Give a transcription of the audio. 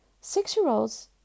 six-year-olds